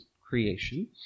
creation